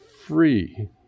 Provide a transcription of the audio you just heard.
free